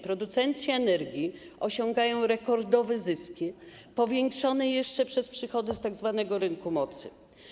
Producenci energii osiągają rekordowe zyski, powiększone jeszcze przez przychody z tzw. rynku mocy.